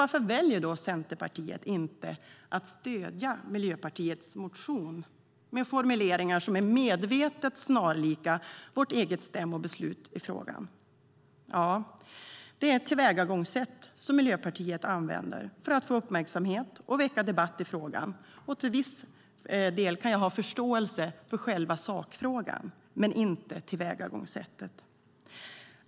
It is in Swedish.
Varför väljer då Centerpartiet att inte stödja Miljöpartiets motion med formuleringar som är medvetet snarlika vårt eget stämmobeslut i frågan? Detta är ett tillvägagångssätt som Miljöpartiet använder för att få uppmärksamhet och väcka debatt i frågan. Till viss del kan jag ha förståelse för själva sakfrågan men inte för tillvägagångssättet.